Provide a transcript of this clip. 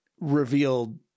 revealed